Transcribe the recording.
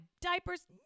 diapers